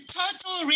total